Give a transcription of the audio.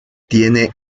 tiene